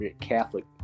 catholic